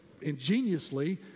ingeniously